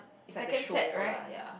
is like the show lah ya